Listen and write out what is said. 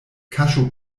kaŝu